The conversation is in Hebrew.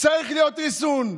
צריך להיות חיסון.